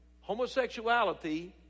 Homosexuality